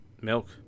Milk